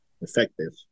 effective